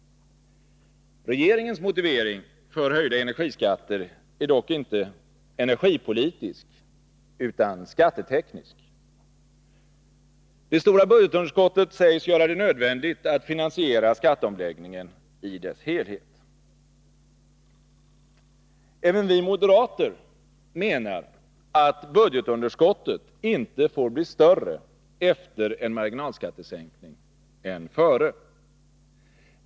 Regeringens motivering för höjda energiskatter är dock inte energipolitisk utan skatteteknisk. Det stora budgetunderskottet sägs göra det nödvändigt att finansiera skatteomläggningen i dess helhet. Även vi moderater menar att budgetunderskottet inte får bli större efter en marginalskattesänkning än före.